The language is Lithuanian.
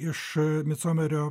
iš micomerio